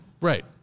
right